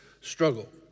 struggle